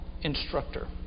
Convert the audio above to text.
instructor